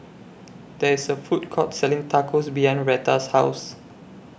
There IS A Food Court Selling Tacos behind Retta's House